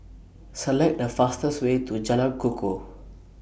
Select The fastest Way to Jalan Kukoh